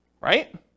right